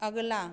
अगला